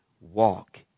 walk